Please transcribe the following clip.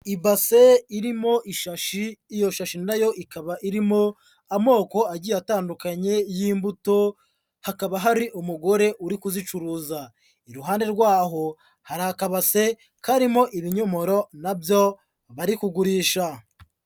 Ibase irimo ishashi. Iyo shashi na yo ikaba irimo amoko agiye atandukanye y'imbuto, hakaba hari umugore uri kuzicuruza iruhande rwaho, hari akabase karimo ibinyomoro na byo bari kugurisha.